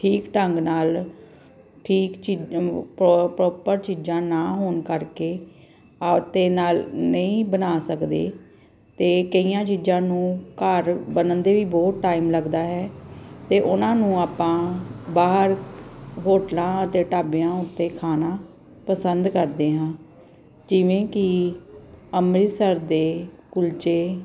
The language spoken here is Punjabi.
ਠੀਕ ਢੰਗ ਨਾਲ ਠੀਕ ਚੀਜ਼ਾਂ ਪ ਪ੍ਰੋਪਰ ਚੀਜ਼ਾਂ ਨਾ ਹੋਣ ਕਰਕੇ ਅਤੇ ਨਾਲ ਨਹੀਂ ਬਣਾ ਸਕਦੇ ਅਤੇ ਕਈਆਂ ਚੀਜ਼ਾਂ ਨੂੰ ਘਰ ਬਣਨ 'ਤੇ ਵੀ ਬਹੁਤ ਟਾਈਮ ਲੱਗਦਾ ਹੈ ਅਤੇ ਉਹਨਾਂ ਨੂੰ ਆਪਾਂ ਬਾਹਰ ਹੋਟਲਾਂ ਅਤੇ ਢਾਬਿਆਂ ਉੱਤੇ ਖਾਣਾ ਪਸੰਦ ਕਰਦੇ ਹਾਂ ਜਿਵੇਂ ਕਿ ਅੰਮ੍ਰਿਤਸਰ ਦੇ ਕੁਲਚੇ